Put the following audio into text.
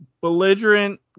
belligerent